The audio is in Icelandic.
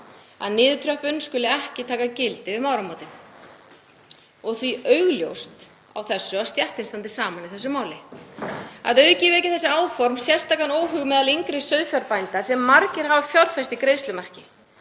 að niðurtröppun skuli ekki taka gildi um áramótin og því augljóst á þessu að stéttin stendur saman í þessu máli. Að auki vekja þessi áform sérstakan óhug meðal yngri sauðfjárbænda sem margir hafa fjárfest í greiðslumarki.